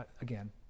again